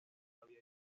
había